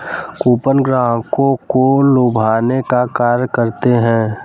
coupon ग्राहकों को लुभाने का कार्य करते हैं